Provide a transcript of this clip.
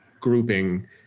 grouping